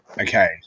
Okay